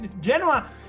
genoa